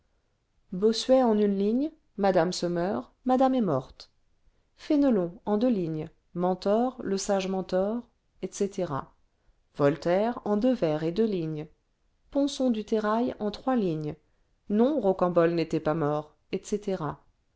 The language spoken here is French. et en une ligne madame se meurt madame est morte fénelon en deux lignes mentor le sage mentor etc voltaire en deux vers etdeuxlignes ponson du terrai en trois lignes ce non rocambole n'étaitpas mort etc